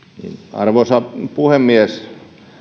arvoisa puhemies